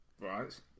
right